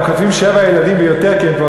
הם כותבים שבעה ילדים ויותר כי הם כבר